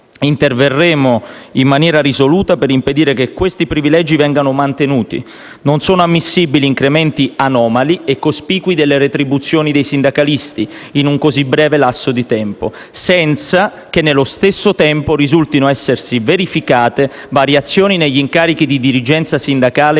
Interverremo in maniera risoluta per impedire che questi privilegi vengano mantenuti. Non sono ammissibili incrementi anomali e cospicui delle retribuzioni dei sindacalisti in un così breve lasso di tempo, senza che nello stesso tempo risultino essersi verificate variazioni negli incarichi di dirigenza sindacale